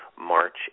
March